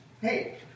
Hey